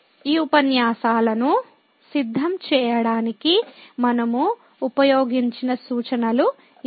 ఈ ఉపన్యాసాలను సిద్ధం చేయడానికి మనము ఉపయోగించే సూచనలు ఇవి